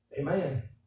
Amen